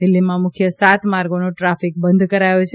દિલ્ફીમાં મુખ્ય સાત માર્ગોનો ટ્રાફિક બંધ કરાયો છે